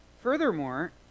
Furthermore